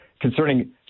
concerning